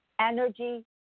Energy